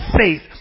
faith